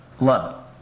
love